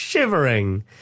Shivering